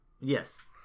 Yes